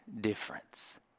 difference